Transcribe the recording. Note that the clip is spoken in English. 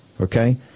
Okay